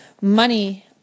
money